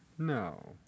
No